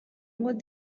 what